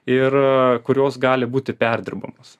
ir kurios gali būti perdirbamos